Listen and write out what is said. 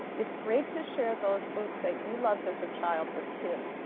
it's great to share those books that you loved as a child with kids.